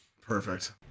Perfect